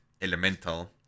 Elemental